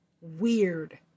weird